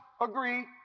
agree